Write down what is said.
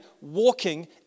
walking